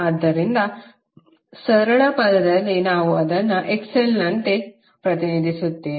ಆದ್ದರಿಂದ ಸರಳ ಪದದಲ್ಲಿ ನಾವು ಅದನ್ನುXL ನಂತೆ ಪ್ರತಿನಿಧಿಸುತ್ತೇವೆ